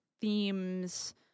themes